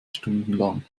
stundenlang